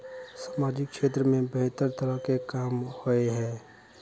सामाजिक क्षेत्र में बेहतर तरह के काम होय है?